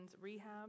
rehab